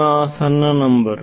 ಪುನಹ ಸಣ್ಣ ನಂಬರ್